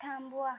थांबवा